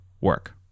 work